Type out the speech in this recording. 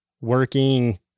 working